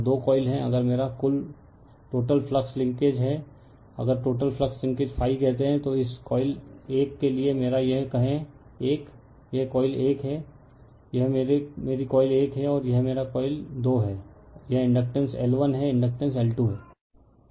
और दो कॉइल हैं अगर मेरा टोटल फ्लक्स लिंकेज है अगर टोटल फ्लक्स लिंकेज कहते हैं तो इस कॉइल 1 के लिए मेरा यह कहें 1 यह कॉइल 1 है यह मेरी कोइल 1 है और यह मेरा कॉइल 2 है यह इंडकटेन्स L 1है इंडकटेन्स L 2 है